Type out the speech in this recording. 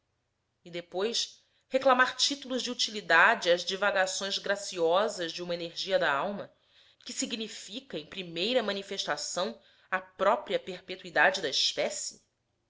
e depois reclamar títulos de utilidade às divagações graciosas de uma energia da alma que significa em primeira manifestação a própria perpetuidade da espécie